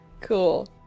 cool